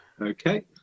okay